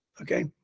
Okay